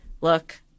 look